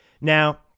Now